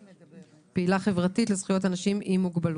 פעילה חברתית לזכויות אנשים עם מוגבלות,